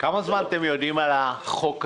כמה זמן אתם יודעים על החוק הזה?